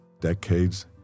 decades